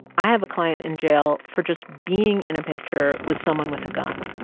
i have a client in jail for just being in a picture with someone with a gun.